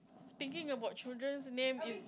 thinking about children's names is